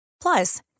Plus